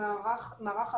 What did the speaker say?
גם למחנכים יש יכולת לזהות,